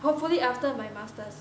hopefully after my masters